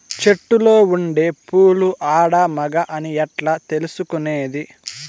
చెట్టులో ఉండే పూలు ఆడ, మగ అని ఎట్లా తెలుసుకునేది?